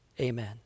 amen